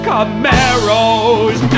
Camaros